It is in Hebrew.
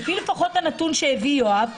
לפחות לפי הנתון שהביא יואב קיש,